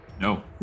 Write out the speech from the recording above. No